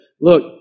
look